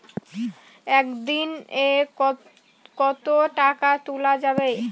একদিন এ কতো টাকা তুলা যাবে?